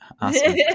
Awesome